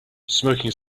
smoking